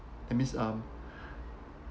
that means um